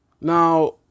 Now